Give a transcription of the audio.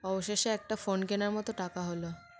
অবশেষে একটা ফোন কেনার মতো টাকা হলো